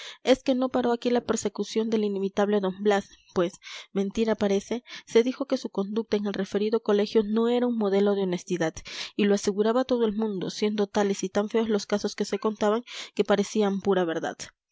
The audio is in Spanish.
es que no paró aquí la persecución del inimitable d blas pues mentira parece se dijo que su conducta en el referido colegio no era un modelo de honestidad y lo aseguraba todo el mundo siendo tales y tan feos los casos que se contaban que parecían pura verdad